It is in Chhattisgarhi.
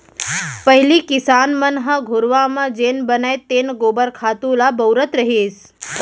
पहिली किसान मन ह घुरूवा म जेन बनय तेन गोबर खातू ल बउरत रहिस